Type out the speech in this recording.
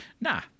nah